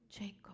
Jacob